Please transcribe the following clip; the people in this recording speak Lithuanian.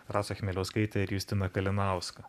rasą chmieliauskaitę ir justiną kalinauską